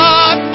God